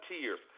tears